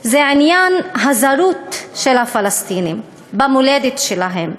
זה עניין הזרות של הפלסטינים במולדת שלהם,